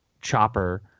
Chopper